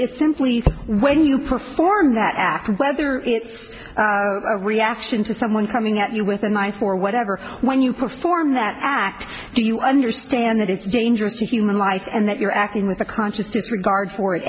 simply when you perform that act and whether it's a reaction to someone coming at you with a knife or whatever when you perform that act you understand that it's dangerous to human life and that you're acting with a conscious disregard for it